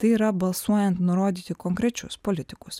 tai yra balsuojant nurodyti konkrečius politikus